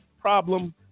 problem